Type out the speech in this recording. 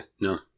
no